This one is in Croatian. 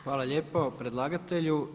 Hvala lijepo predlagatelju.